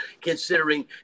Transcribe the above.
considering